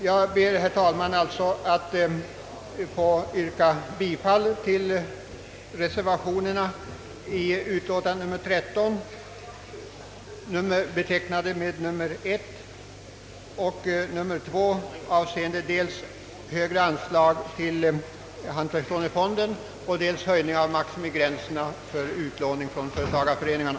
Jag ber, herr talman, alltså att få yrka bifall till reservationerna vid utlåtandet, betecknade med 1 och 2, avseende dels högre anslag till hantverksoch industrilånefonden och dels höjning av maximigränserna för utlåning till företagarföreningarna.